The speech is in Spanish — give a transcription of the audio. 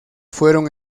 fueron